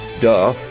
Duh